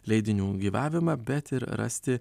leidinių gyvavimą bet ir rasti